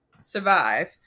survive